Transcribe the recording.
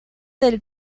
del